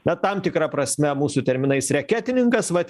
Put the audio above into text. na tam tikra prasme mūsų terminais reketininkas vat